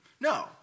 No